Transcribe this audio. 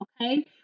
Okay